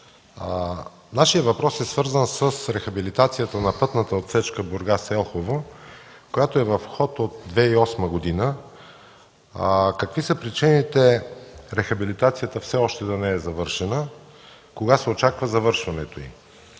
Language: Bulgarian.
нашият въпрос е свързан с рехабилитацията на пътната отсечка Бургас – Елхово, която е в ход от 2008 г. Какви са причините рехабилитацията все още да не е завършена? Кога се очаква завършването й?